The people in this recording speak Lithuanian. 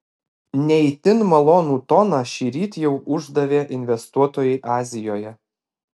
ne itin malonų toną šįryt jau uždavė investuotojai azijoje